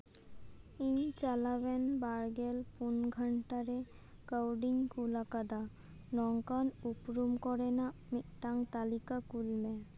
ᱤᱧ ᱪᱟᱞᱟᱣᱮᱱ ᱵᱟᱨᱜᱮᱞ ᱯᱩᱱ ᱜᱷᱚᱱᱴᱟ ᱨᱮ ᱠᱟᱹᱣᱰᱤᱧ ᱠᱩᱞ ᱟᱠᱟᱫᱟ ᱱᱚᱝᱠᱟᱱ ᱩᱯᱩᱨᱩᱢ ᱠᱚᱨᱮᱱᱟᱜ ᱢᱤᱫᱴᱟᱝ ᱛᱟ ᱞᱤᱠᱟ ᱠᱩᱞ ᱢᱮ